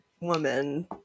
Woman